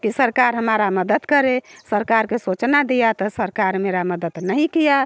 कि सरकार हमारा मदद करे सरकार के सूचना दिया तो सरकार मेरा मदद नहीं किया